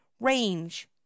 range